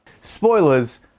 Spoilers